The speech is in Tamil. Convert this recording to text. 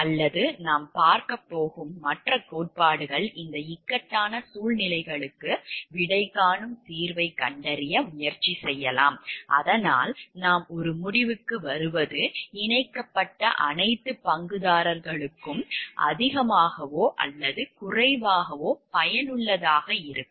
அல்லது நாம் பார்க்கப்போகும் மற்ற கோட்பாடுகள் இந்த இக்கட்டான சூழ்நிலைகளுக்கு விடை காணும் தீர்வைக் கண்டறிய முயற்சி செய்யலாம் அதனால் நாம் ஒரு முடிவுக்கு வருவது இணைக்கப்பட்ட அனைத்து பங்குதாரர்களுக்கும் அதிகமாகவோ அல்லது குறைவாகவோ பயனுள்ளதாக இருக்கும்